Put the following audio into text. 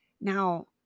Now